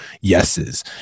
yeses